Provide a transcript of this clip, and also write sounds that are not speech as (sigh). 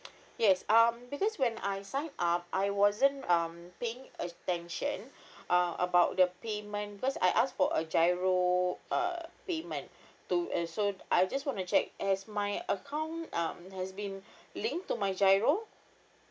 (noise) yes um because when I signed up I wasn't um paying attention (breath) uh about the payment because I asked for a GIRO uh payment to uh so I just want to check has my account um has been linked to my GIRO